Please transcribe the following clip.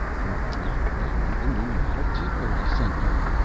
you're not wearing the new-model tickler i sent you,